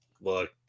look